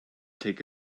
take